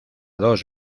dos